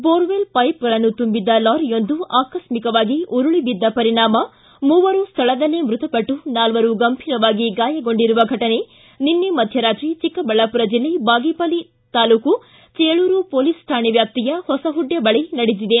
borewell ಪೈಪ್ಗಳನ್ನು ತುಂಬಿದ್ದ ಲಾರಿಯೊಂದು ಆಕಸ್ಥಿಕವಾಗಿ ಉರುಳಿ ಬಿದ್ದ ಪರಿಣಾಮ ಮೂವರು ಸ್ಥಳದಲ್ಲೇ ಮೃತಪಟ್ಟು ನಾಲ್ವರು ಗಂಭೀರವಾಗಿ ಗಾಯಗೊಂಡಿರುವ ಘಟನೆ ನಿನ್ನೆ ಮಧ್ಯರಾತ್ರಿ ಚಿಕ್ಕಬಳ್ಳಾಪುರ ಜಿಲ್ಲೆ ಬಾಗೇಪಲ್ಲಿ ತಾಲೂಕು ಚೇಳೂರು ಪೊಲೀಸ್ ಠಾಣೆ ವ್ಯಾಪ್ತಿಯ ಹೊಸಹುಡ್ಯ ಬಳಿ ನಡೆದಿದೆ